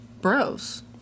bros